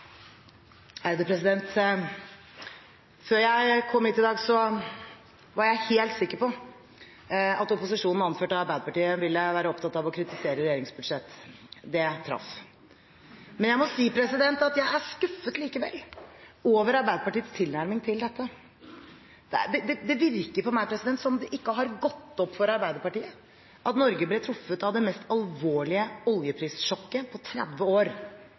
Før jeg kom hit i dag, var jeg helt sikker på at opposisjonen, anført av Arbeiderpartiet, ville være opptatt av å kritisere regjeringens budsjett. Det traff. Men jeg må si at jeg er skuffet likevel over Arbeiderpartiets tilnærming til dette. Det virker på meg som om det ikke har gått opp for Arbeiderpartiet at Norge ble truffet av det mest alvorlige oljeprissjokket på 30 år